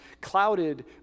clouded